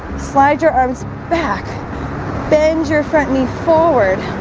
slide your arms back bend your front knee forward.